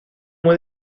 muy